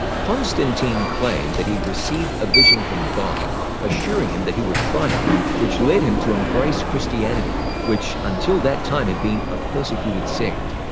constantine claimed that he'd received a vision from god assuring him that he would triumph which led him to embrace christianity, which until that time had been a persecuted sect.